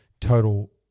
total